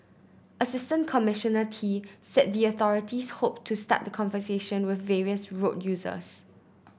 Assistant Commissioner Tee said the authorities hoped to start the conversation with various road users